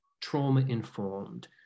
trauma-informed